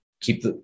keep